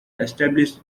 established